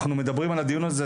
אנחנו מדברים על הדיון הזה,